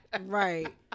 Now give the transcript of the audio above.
Right